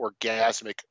orgasmic